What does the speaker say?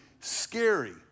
scary